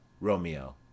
Romeo